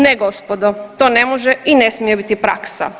Ne, gospodo to ne može i ne smije biti praksa.